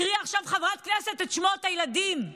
הקריאה עכשיו חברת הכנסת את שמות הילדים,